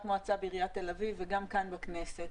מועצה בעיריית תל-אביב וגם כאן בכנסת